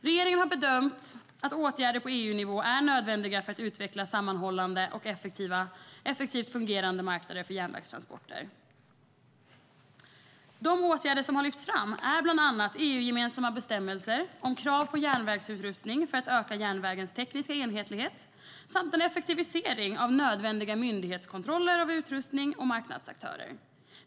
Regeringen har bedömt att åtgärder på EU-nivå är nödvändiga för att utveckla sammanhållande och effektivt fungerande marknader för järnvägstransporter. De åtgärder som har lyfts fram är bland annat EU-gemensamma bestämmelser om krav på järnvägsutrustning för att öka järnvägens tekniska enhetlighet samt en effektivisering av nödvändiga myndighetskontroller av utrustning och marknadsaktörer.